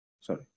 Sorry